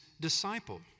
disciple